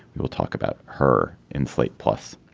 we'll talk about her inflate. plus